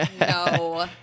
No